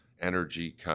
energy